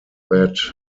that